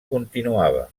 continuava